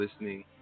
listening